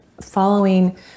following